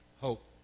hope